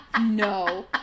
no